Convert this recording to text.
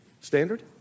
standard